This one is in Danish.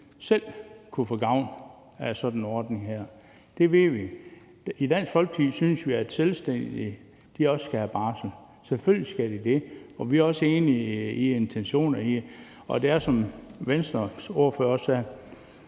selv kunne få gavn af sådan en ordning her. Det ved vi. I Dansk Folkeparti synes vi, at selvstændige også skal have barsel. Selvfølgelig skal de det. Vi er også enige i intentionerne i det. Og det er jo, som Venstres ordfører også